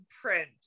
print